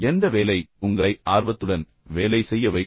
எந்த வேலை உங்களை ஆர்வத்துடன் வேலை செய்ய வைக்கும்